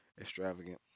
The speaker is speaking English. extravagant